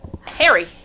Harry